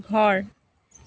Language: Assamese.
ঘৰ